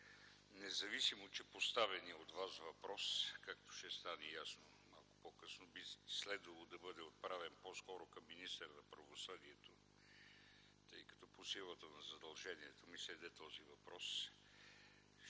независимо, че поставеният от Вас въпрос, както ще стане ясно по-късно, би следвало да бъде отправен по-скоро към министъра на правосъдието, тъй като по силата на задължението ми се даде този въпрос,